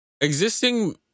existing